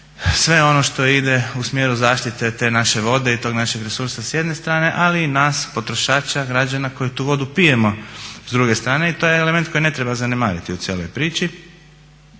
sve ono što ide u smjeru zaštite te naše vode i tog našeg resursa s jedne strane ali i nas potrošača građana koji tu vodu pijemo s druge strane. To je element koji ne treba zanemariti u cijeloj priči.